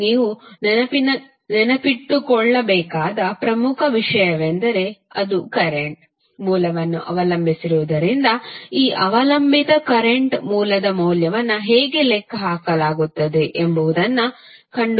ನೀವು ನೆನಪಿಟ್ಟುಕೊಳ್ಳಬೇಕಾದ ಪ್ರಮುಖ ವಿಷಯವೆಂದರೆ ಅದು ಕರೆಂಟ್ ಮೂಲವನ್ನು ಅವಲಂಬಿಸಿರುವುದರಿಂದ ಈ ಅವಲಂಬಿತ ಕರೆಂಟ್ ಮೂಲದ ಮೌಲ್ಯವನ್ನು ಹೇಗೆ ಲೆಕ್ಕ ಹಾಕಲಾಗುತ್ತದೆ ಎಂಬುದನ್ನು ಕಂಡುಹಿಡಿಯಬೇಕು